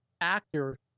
actor